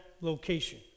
location